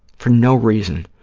for no reason.